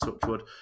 Touchwood